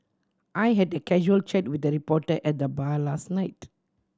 I had a casual chat with a reporter at the bar last night